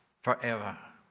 forever